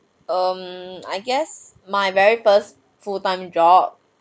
um I guess my very first full time job